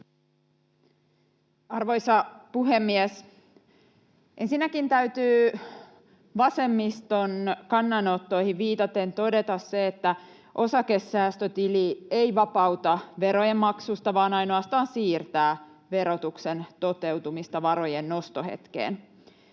Arvoisa puhemies! Ensinnäkin täytyy vasemmiston kannanottoihin viitaten todeta, että osakesäästötili ei vapauta verojen maksusta vaan ainoastaan siirtää verotuksen toteutumista varojen nostohetkeen.